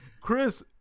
Chris